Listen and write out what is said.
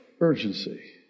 urgency